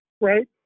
Right